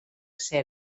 ser